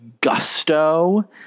gusto